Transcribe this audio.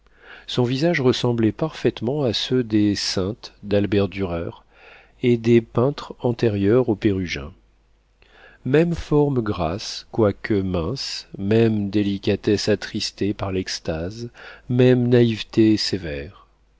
son visage ressemblait parfaitement à ceux des saintes d'albert dürer et des peintres antérieurs au pérugin même forme grasse quoique mince même délicatesse attristée par l'extase même naïveté sévère